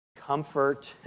comfort